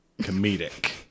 comedic